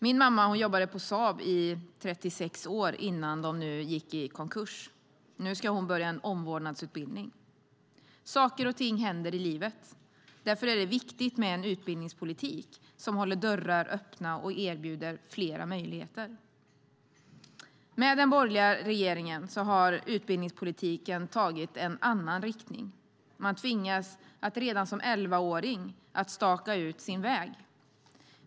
Min mamma jobbade på Saab i 36 år innan Saab gick i konkurs. Nu ska hon börja på en omvårdnadsutbildning. Saker och ting händer i livet. Därför är det viktigt med en utbildningspolitik som håller dörrar öppna och erbjuder flera möjligheter. Med den borgerliga regeringen har utbildningspolitiken tagit en annan riktning. Man tvingas att redan som elvaåring staka ut sin väg.